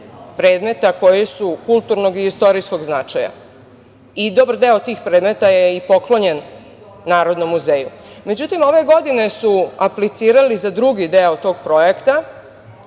predmeta koji su kulturnog i istorijskog značaja. Dobar deo tih predmeta je poklonjen Narodnom muzeju.Međutim, ove godine su aplicirali za drugi deo tog projekta